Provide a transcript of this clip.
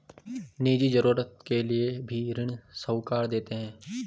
निजी जरूरत के लिए भी ऋण साहूकार देते हैं